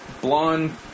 blonde